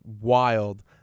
wild